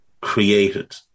created